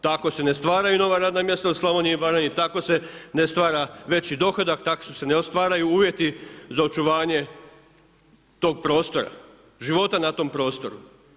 Tako se ne stvaraju nova radna mjesta u Slavoniji Baranji, tako se ne stvara veći dohodak, tako se ne stvaraju uvjeti za očuvanje tog prostora, života na tom prostoru.